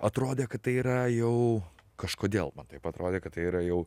atrodė kad tai yra jau kažkodėl man taip atrodė kad tai yra jau